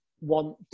want